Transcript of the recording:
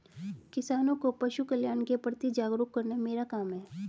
किसानों को पशुकल्याण के प्रति जागरूक करना मेरा काम है